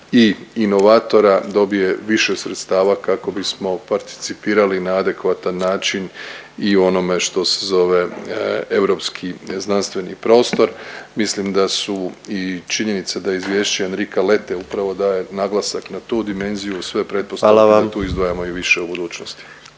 i inovatora dobije više sredstava kako bismo participirali na adekvatan način i u onome što se zove europski znanstveni prostor. Mislim da su i činjenice da izvješće Enrika Lete upravo daje naglasak na tu dimenziju uz sve pretpostavke da tu izdvajamo i više u budućnosti.